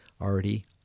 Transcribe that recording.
already